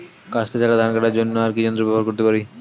কাস্তে ছাড়া ধান কাটার জন্য আর কি যন্ত্র ব্যবহার করতে পারি?